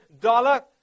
dollar